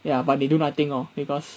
ya but they do nothing lor because